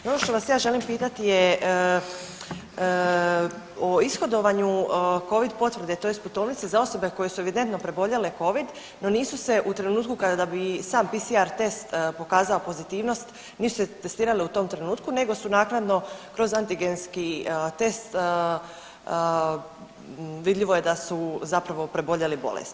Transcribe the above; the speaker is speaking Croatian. No ono što vas ja želim pitati je o ishodovanju covid potvrde tj. putovnice za osobe koje su evidentno preboljele covid no nisu se u trenutku kada bi sam PCR test pokazao pozitivnost nisu se testirali u tom trenutku nego su naknadno kroz antigenski test vidljivo je da su zapravo preboljeli bolest.